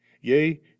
yea